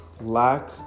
lack